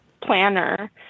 planner